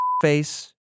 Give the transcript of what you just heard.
Face